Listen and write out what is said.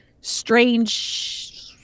strange